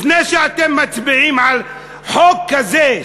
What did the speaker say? לפני שאתם מצביעים על חוק כזה,